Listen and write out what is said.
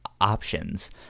options